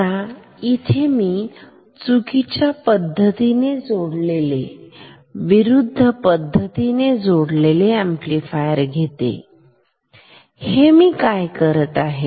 आता येथे मी चुकीच्या पद्धतीने जोडलेले विरुद्ध पद्धतीने जोडलेले ऍम्प्लिफायर घेते हे मी काय करत आहे